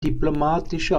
diplomatische